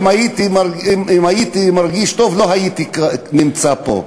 אם הייתי מרגיש טוב לא הייתי נמצא פה.